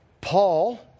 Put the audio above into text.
Paul